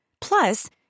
Plus